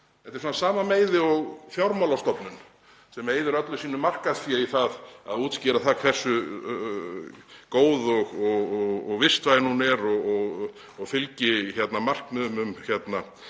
Þetta er af sama meiði og fjármálastofnun sem eyðir öllu sínu markaðsfé í að útskýra það hversu góð og vistvæn hún er og fylgi markmiðum í